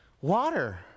Water